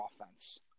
offense